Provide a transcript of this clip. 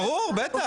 ברור בטח, ברור.